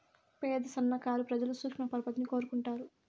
పేద సన్నకారు ప్రజలు సూక్ష్మ పరపతిని కోరుకుంటారు